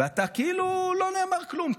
וכאילו לא נאמר כלום.